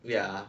ya